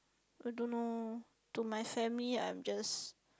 I don't know to my family I'm just